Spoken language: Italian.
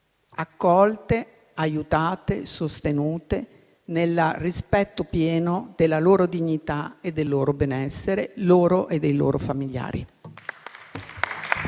accolte, aiutate e sostenute nel pieno rispetto della loro dignità e del benessere loro e dei loro familiari.